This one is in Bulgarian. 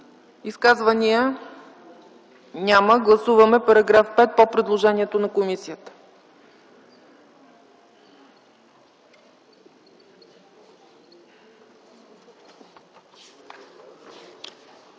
Изказвания? Няма. Гласуваме § 5 по предложението на комисията.